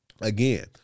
again